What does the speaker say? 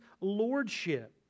lordship